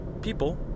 people